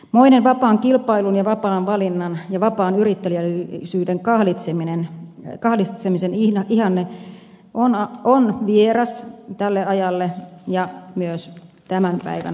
moinen vapaan kilpailun ja vapaan valinnan ja vapaan yritteliäisyyden kahlitsemisen ihanne on vieras tälle ajalle ja myös tämän päivän vasemmistolle